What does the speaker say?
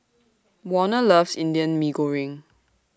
Warner loves Indian Mee Goreng